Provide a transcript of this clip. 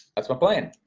that's my plan.